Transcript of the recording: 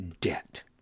debt